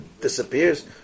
Disappears